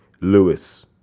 Lewis